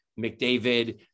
McDavid